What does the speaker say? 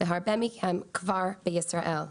והרבה מהם כבר בישראל.